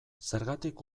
zergatik